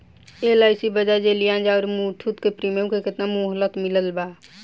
LIC Bajaj Allianz आउर मुथूट के premium के केतना मुहलत मिलल बा?